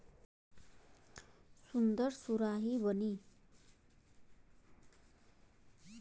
सुन्दर सुराही बनी